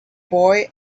boy